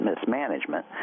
mismanagement